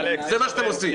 זה מה שאתם עושים.